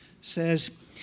says